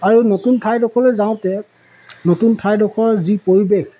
আৰু নতুন ঠাইডখৰলৈ যাওঁতে নতুন ঠাইডখৰ যি পৰিৱেশ